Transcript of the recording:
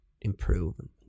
improving